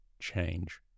change